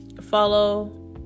follow